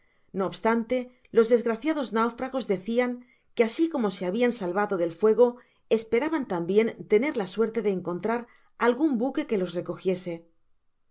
no obstante los desgraciados náufragos decian que asi como se habian salvado del fuego esperaban tambien tener la suerte de encontrar algun buque que los recogiese